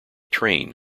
train